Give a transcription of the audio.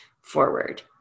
forward